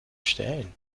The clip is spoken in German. stellen